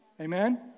Amen